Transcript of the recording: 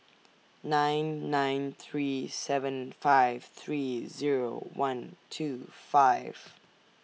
nine nine three seven five three Zero one two five